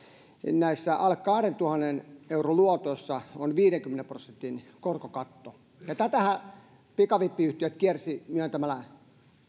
näissä alle kahdentuhannen euron luotoissa on viidenkymmenen prosentin korkokatto tätähän pikavippiyhtiöt kiersivät myöntämällä